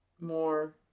more